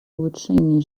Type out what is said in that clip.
улучшении